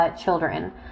children